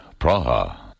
Praha